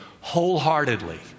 wholeheartedly